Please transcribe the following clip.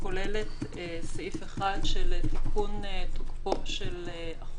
כוללת סעיף אחד של תיקון תוקפו של החוק,